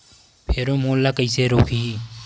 Pheromone ला कइसे रोकही?